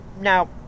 now